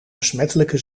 besmettelijke